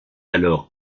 alors